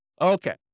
Okay